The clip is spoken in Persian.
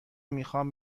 میخوام